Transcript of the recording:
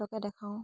সিহঁতকে দেখাওঁ